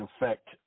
affect